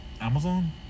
Amazon